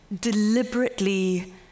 deliberately